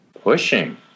Pushing